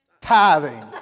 Tithing